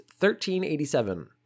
1387